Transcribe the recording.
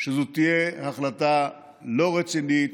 שזו תהיה החלטה לא רצינית,